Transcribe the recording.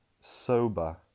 sober